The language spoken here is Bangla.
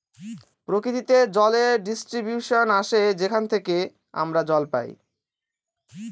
প্রকৃতিতে জলের ডিস্ট্রিবিউশন আসে যেখান থেকে আমরা জল পাই